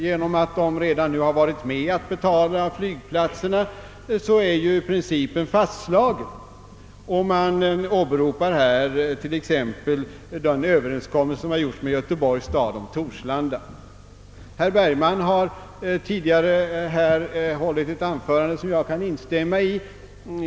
Genom att de redan nu har varit med att betala på detta sätt skulle principen vara fastslagen, och man åberopar här t.ex. den överenskommelse som träffats med Göteborgs stad om ”Torslanda. Herr Bergman har tidigare hållit ett anförande som jag kan instämma i.